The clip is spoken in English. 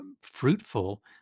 fruitful